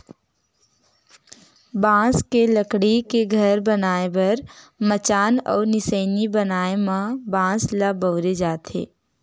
बांस के लकड़ी के घर बनाए बर मचान अउ निसइनी बनाए म बांस ल बउरे जाथे